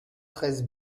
treize